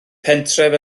pentref